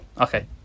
Okay